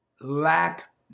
lack